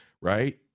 right